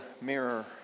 mirror